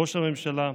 ראש הממשלה.